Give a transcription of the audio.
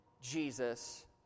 Jesus